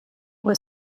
was